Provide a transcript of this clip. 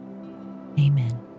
amen